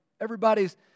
everybody's